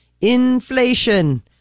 Inflation